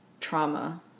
trauma